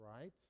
right